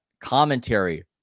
commentary